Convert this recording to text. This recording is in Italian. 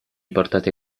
portate